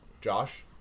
Josh